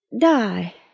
die